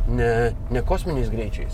ne ne kosminiais greičiais